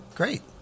great